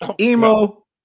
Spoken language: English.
Emo